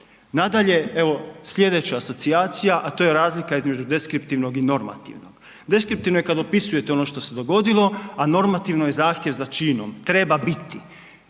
Nadalje, evo, sljedeća asocijacija, a to je razlika između deskriptivnog i normativnog. Deskriptivno je kad opisujete ono što se dogodilo, a normativno je zahtjev za činom, treba biti.